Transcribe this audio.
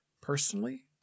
personally